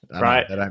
Right